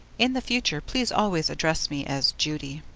in the future please always address me as judy.